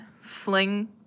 fling